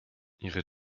ihre